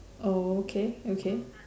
oh okay okay